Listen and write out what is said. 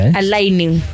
aligning